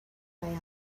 crayon